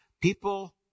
People